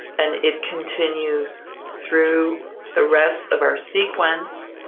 and it continues through the rest of our sequence,